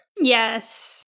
Yes